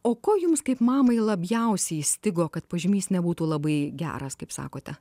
o ko jums kaip mamai labiausiai stigo kad pažymys nebūtų labai geras kaip sakote